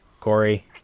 Corey